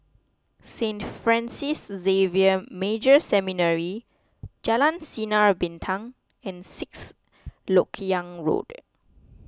Saint Francis Xavier Major Seminary Jalan Sinar Bintang and Sixth Lok Yang Road